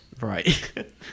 Right